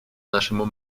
нашему